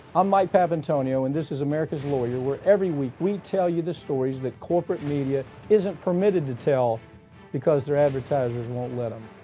i'm mike papantonio, and this is america's lawyer, where every week we tell you the stories that corporate media isn't permitted to tell because their advertisers won't let them.